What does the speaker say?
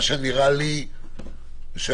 נראה לי שחשוב,